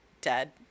Dead